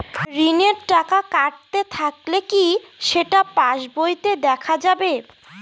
ঋণের টাকা কাটতে থাকলে কি সেটা পাসবইতে দেখা যাবে?